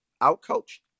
out-coached